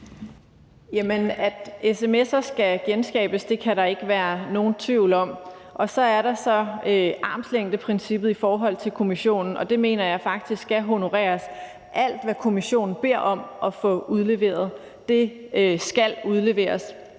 At sms'er skal genskabes kan der ikke være nogen tvivl om. Og så er der så armslængdeprincippet i forhold til kommissionen, og det mener jeg faktisk skal honoreres. Alt, hvad kommissionen beder om at få udleveret, skal udleveres,